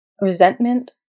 Resentment